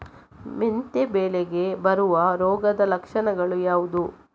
ಮೆಂತೆ ಬೆಳೆಗೆ ಬರುವ ರೋಗದ ಲಕ್ಷಣಗಳು ಯಾವುದು?